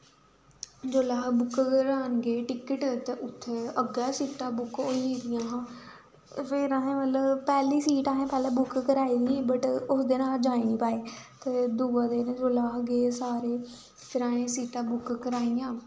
जेल्लै अस बुक करान गे टिकट ते उत्थें अग्गैं गै सीटां बुक होई गेदियां हां फिर अहें मतलब पैह्ली सीट असें पैह्लें बुक कराई ओड़ी दी ही बट उस दिन अस जाई नी पाए ते दुए दिन जिसलै अस गे सारे फिर असें सीटां बुक कराइयां